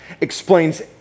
explains